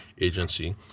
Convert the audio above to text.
agency